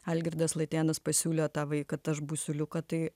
algirdas latėnas pasiūlė tą vai kad aš būsiu liuka tai